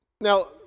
Now